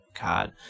God